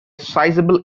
sizable